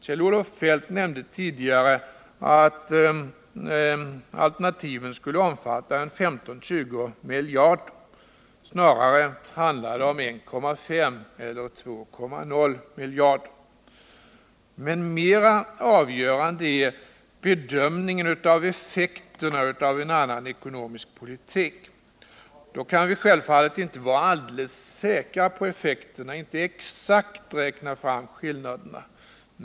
Kjell-Olof Feldt nämnde tidigare att alternativen skulle omfatta 15-20 miljarder, men snarare handlar det om 1,5 eller 2,0 miljarder. Mera avgörande är bedömningen av effekterna av en annan ekonomisk politik. Och då kan vi självfallet inte vara alldeles säkra på effekterna och inte exakt räkna fram skillnaderna.